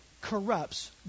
corrupts